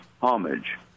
homage